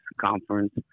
conference